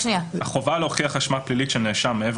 החובה להוכיח אשמה פלילית של נאשם מעבר